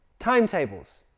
timetables,